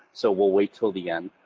so we'll wait til the end.